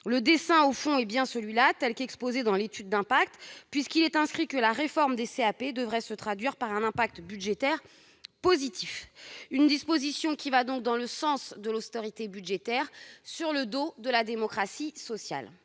Le dessein au fond est bien celui-là, tel qu'exposé dans l'étude d'impact, puisqu'il est indiqué que la réforme des CAP devrait se traduire par une incidence budgétaire positive. Cette disposition va donc dans le sens de l'austérité budgétaire réalisée sur le dos de la démocratie sociale.